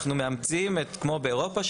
אנחנו מאמצים כמו באירופה,